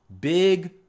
big